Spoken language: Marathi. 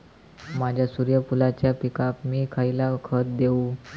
माझ्या सूर्यफुलाच्या पिकाक मी खयला खत देवू?